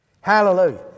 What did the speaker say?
Hallelujah